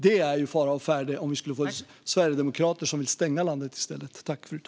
Det är fara å färde om vi skulle få sverigedemokrater som vill stänga landet i stället.